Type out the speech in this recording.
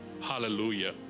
Hallelujah